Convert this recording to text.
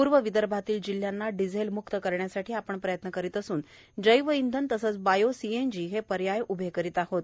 पूर्व विदर्भातील जिल्ह्यांना डिझेल म्क्त करण्यासाठी आपण प्रयत्न करत असून जैवइंधन तसेच बायो सीएनजी हे पर्याय उभे करत आहोत